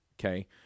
okay